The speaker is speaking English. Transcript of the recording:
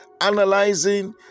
analyzing